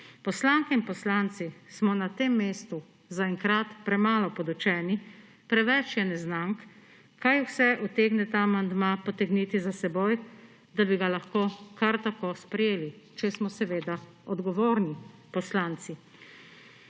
Poslanke in poslanci smo na tem mestu zaenkrat premalo podučeni, preveč je neznank, kaj vse utegne ta amandma potegniti za seboj, da bi ga lahko kar tako sprejeli, če smo seveda odgovorni poslanci.